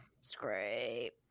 scrape